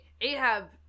Ahab